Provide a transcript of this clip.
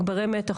מגברי מתח,